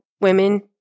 women